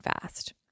fast